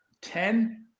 Ten